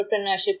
entrepreneurship